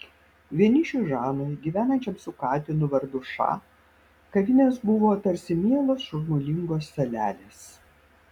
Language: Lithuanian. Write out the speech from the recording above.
vienišiui žanui gyvenančiam su katinu vardu ša kavinės buvo tarsi mielos šurmulingos salelės